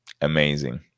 amazing